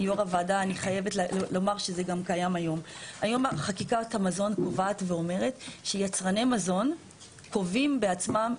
היום חקיקת המזון קובעת ואומרת שיצרני מזון קובעים בעצמם